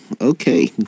Okay